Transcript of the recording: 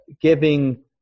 giving